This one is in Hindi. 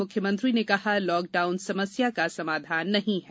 मुख्यमंत्री ने कहा लॉकडाउन समस्या का समाधान नहीं है